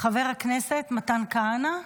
חבר הכנסת מתן כהנא?